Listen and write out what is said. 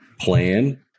plan